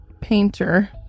painter